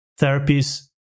therapies